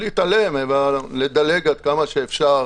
לדלג עד כמה אפשר